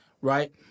right